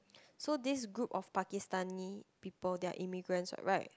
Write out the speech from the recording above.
so this group of Pakistani people they are immigrants what right